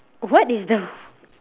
what is the